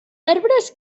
arbres